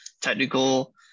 technical